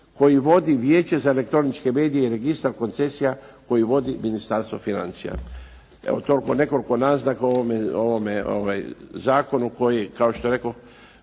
koji vodi Vijeće za elektroničke medije i registar koncesija koji vodi Ministarstvo financija. Evo toliko, nekoliko naznaka o ovome zakonu koji kao što rekoh